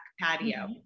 patio